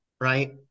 right